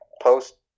post